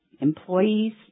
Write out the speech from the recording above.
employees